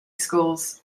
schools